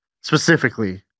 Specifically